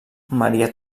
maria